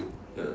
ya